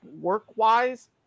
work-wise